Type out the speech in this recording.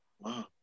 Wow